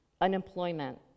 unemployment